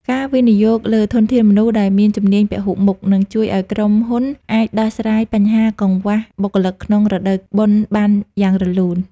ការវិនិយោគលើធនធានមនុស្សដែលមានជំនាញពហុមុខ នឹងជួយឱ្យក្រុមហ៊ុនអាចដោះស្រាយបញ្ហាកង្វះបុគ្គលិកក្នុងរដូវបុណ្យបានយ៉ាងរលូន។